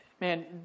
man